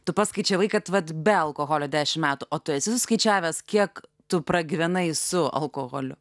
tu paskaičiavai kad vat be alkoholio dešimt metų o tu esi suskaičiavęs kiek tu pragyvenai su alkoholiu